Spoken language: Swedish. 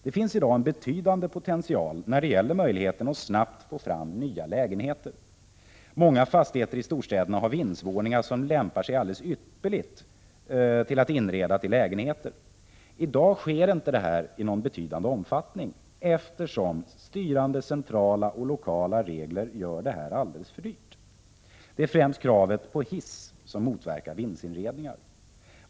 Det finns i dag en betydande potential när det gäller möjligheten att snabbt få fram nya lägenheter. Många fastigheter i storstäderna har vindsvåningar som lämpar sig alldeles ypperligt till att inreda till lägenheter. I dag sker inte detta i någon betydande omfattning, eftersom styrande centrala och lokala regler gör det alldeles för dyrt. Främst kravet på hiss motverkar vindsinredningar.